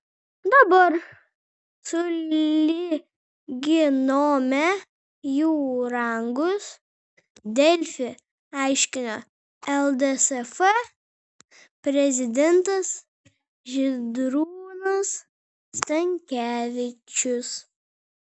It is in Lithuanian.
dabar sulyginome jų rangus delfi aiškino ldsf prezidentas žydrūnas stankevičius